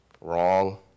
Wrong